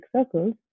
circles